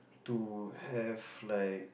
to have like